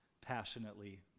passionately